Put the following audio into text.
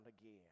again